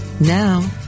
Now